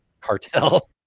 cartel